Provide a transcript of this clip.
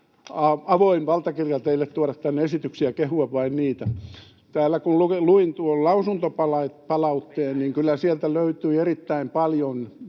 avoin valtakirja teille tuoda tänne esityksiä ja vain kehua niitä. Kun luin tuon lausuntopalautteen, niin kyllä sieltä löytyi erittäin paljon